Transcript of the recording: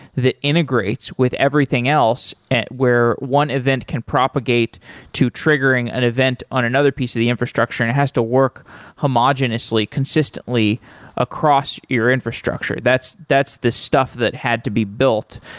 that integrates with everything else, and where one event can propagate to triggering an event on another piece of the infrastructure and it has to work homogenously consistently across your infrastructure. that's that's the stuff that had to be built.